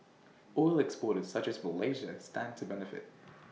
oil exporters such as Malaysia stand to benefit